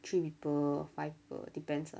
three people five people depends lah